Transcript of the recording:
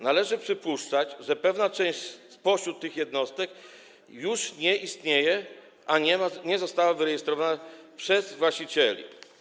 Należy przypuszczać, że pewna część spośród tych jednostek już nie istnieje, ale nie została wyrejestrowana przez właścicieli.